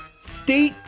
state